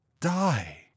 die